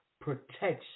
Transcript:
protection